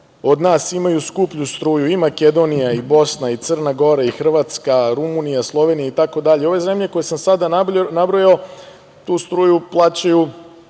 od nas imaju skuplju struju i Makedonija i Bosna, i Crna Gora i Hrvatska, Rumunija, Slovenija itd, ove zemlje koje sam sada nabrojao tu struju plaćaju